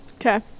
Okay